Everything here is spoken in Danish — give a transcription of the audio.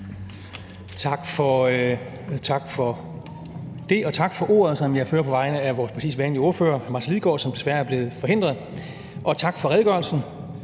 Vinther (RV): Tak for ordet, som jeg fører på vegne af vores sædvanlige ordfører, Martin Lidegaard, som desværre er blevet forhindret. Og tak for redegørelsen,